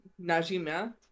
Najima